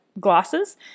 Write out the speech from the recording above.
glasses